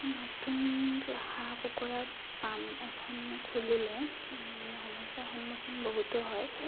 নতুন হাঁহ কুকুৰা পাম এখন খুলিলে সমস্যাৰ সন্মুখীন বহুতো হয়